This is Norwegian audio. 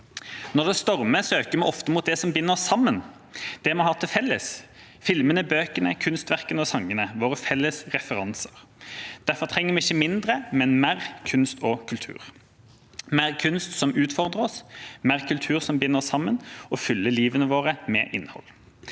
Når det stormer, søker vi ofte mot det som binder oss sammen, det vi har til felles: filmene, bøkene, kunstverkene og sangene – våre felles referanser. Derfor trenger vi ikke mindre, men mer kunst og kultur. Vi trenger mer kunst som utfordrer oss, mer kultur som binder oss sammen og fyller livet vårt med innhold.